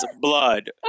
blood